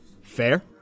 Fair